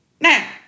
Now